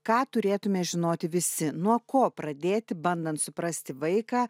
ką turėtume žinoti visi nuo ko pradėti bandant suprasti vaiką